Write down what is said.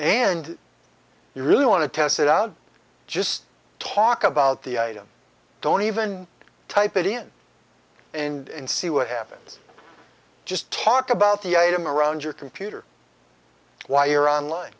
and you really want to test it out just talk about the item don't even type it in and see what happens just talk about the item around your computer while you're on line